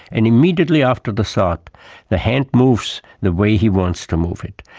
and immediately after the thought the hand moves the way he wants to move it.